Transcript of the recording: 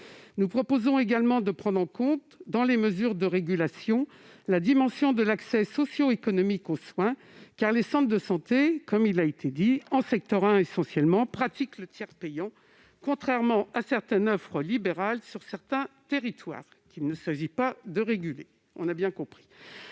Nous proposons également de prendre en compte dans les mesures de régulation la dimension de l'accès socio-économique aux soins, car les centres de santé, en secteur 1 essentiellement, pratiquent le tiers payant, contrairement à certaines offres libérales sur certains territoires qu'il ne s'agit pas de réguler ; on l'a bien compris.